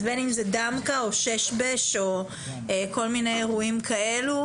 אז בין אם זה דמקה או שש-בש או כול מיני אירועים כאלה,